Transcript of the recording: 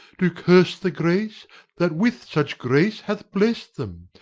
do curse the grace that with such grace hath blest them,